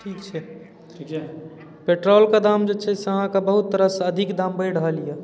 ठीक छै पेट्रोलके दाम जे छै से अहाँके बहुत तरहसँ अधिक दाम बढ़ि रहल यऽ